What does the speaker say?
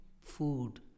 food